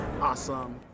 Awesome